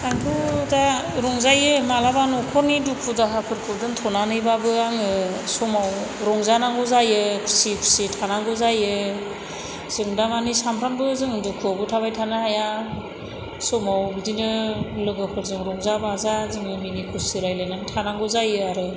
आंथ' दा रंजायो मालाबा नखरनि दुखु दाहाफोरखौ दोन्थ'नानैबाबो आङो समाव रंजानांगौ जायो खुसि खुसि थानांगौ जायो जों दामानि सामफ्रोमबो जोङो दुखुआवबो थाबाय थानो हाया समाव बिदिनो लोगोफोरजों रंजा बाजा जोङो मिनि खुसि रायलायनानै थानांगौ जायो आरो